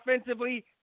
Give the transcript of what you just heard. offensively